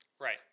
Right